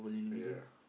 ya